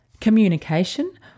communication